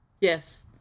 yes